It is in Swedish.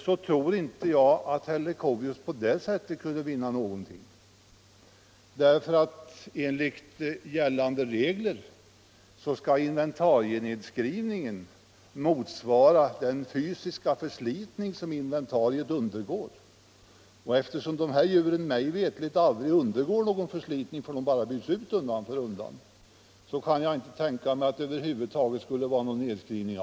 Jag tror inte att herr Leuchovius på det sättet kan vinna något. Enligt gällande regler skall inventarienedskrivningen motsvara den fysiska förslitning som inventarierna undergår. Eftersom dessa djur mig veterligt aldrig undergår någon förslitning — de bara byts ut undan för undan — kan jag inte tänka mig att det över huvud taget skulle kunna bli någon nedskrivning.